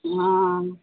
ఆ